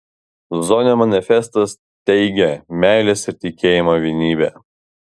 zonio manifestas teigia meilės ir tikėjimo vienybę